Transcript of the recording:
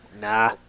Nah